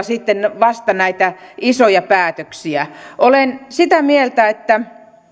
sitten vasta sen perusteella näitä isoja päätöksiä olen sitä mieltä että